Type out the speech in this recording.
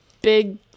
big